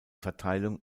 verteilung